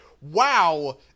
wow